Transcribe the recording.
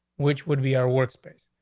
which would be our workspace.